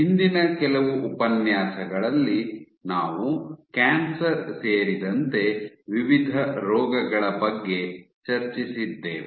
ಹಿಂದಿನ ಕೆಲವು ಉಪನ್ಯಾಸಗಳಲ್ಲಿ ನಾವು ಕ್ಯಾನ್ಸರ್ ಸೇರಿದಂತೆ ವಿವಿಧ ರೋಗಗಳ ಬಗ್ಗೆ ಚರ್ಚಿಸಿದ್ದೇವೆ